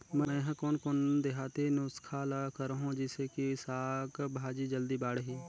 मै हर कोन कोन देहाती नुस्खा ल करहूं? जिसे कि साक भाजी जल्दी बाड़ही?